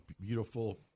beautiful